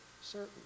certain